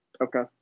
Okay